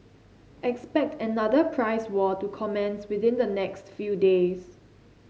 expect another price war to commence within the next few days